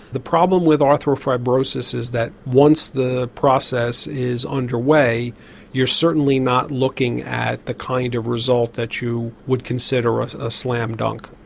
the problem with arthro fibrosis is that once the process is underway you're certainly not looking at the kind of result that you would consider ah a slam dunk.